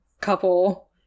couple